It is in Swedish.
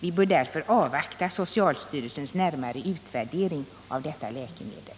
Vi bör därför avvakta socialstyrelsens närmare utvärdering av detta läkemedel.